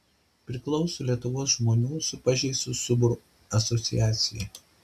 priklauso lietuvos žmonių su pažeistu stuburu asociacijai